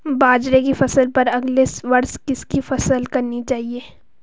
बाजरे की फसल पर अगले वर्ष किसकी फसल करनी चाहिए?